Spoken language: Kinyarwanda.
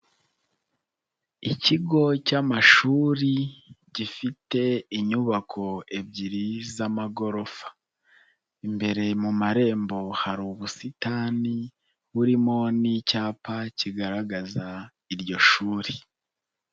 Ikigo cy'amashuri gifite inyubako ebyiri z'amagorofa. Imbere mu marembo hari ubusitani, burimo n'icyapa kigaragaza iryo shuri.